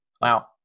Wow